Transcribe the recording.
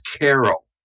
Carol